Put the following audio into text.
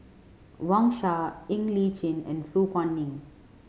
Wang Sha Ng Li Chin and Su Guaning